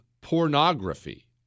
pornography